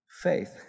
faith